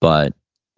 but